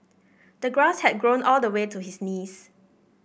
the grass had grown all the way to his knees